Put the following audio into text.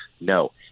No